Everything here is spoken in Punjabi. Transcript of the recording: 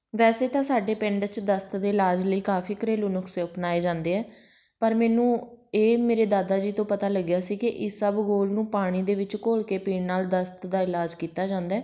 ਵੈਸੇ ਤਾਂ ਸਾਡੇ ਪਿੰਡ 'ਚ ਦਸਤ ਦੇ ਇਲਾਜ ਲਈ ਕਾਫੀ ਘਰੇਲੂ ਨੁਸਖੇ ਅਪਣਾਏ ਜਾਂਦੇ ਹੈ ਪਰ ਮੈਨੂੰ ਇਹ ਮੇਰੇ ਦਾਦਾ ਜੀ ਤੋਂ ਪਤਾ ਲੱਗਿਆ ਸੀ ਕਿ ਇਸਵਗੋਲ ਨੂੰ ਪਾਣੀ ਦੇ ਵਿੱਚ ਘੋਲ ਕੇ ਪੀਣ ਨਾਲ ਦਸਤ ਦਾ ਇਲਾਜ ਕੀਤਾ ਜਾਂਦਾ ਹੈ